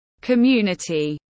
Community